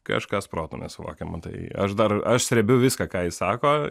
kažkas protu nesuvokiama tai aš dar aš srebiu viską ką jis sako